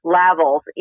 levels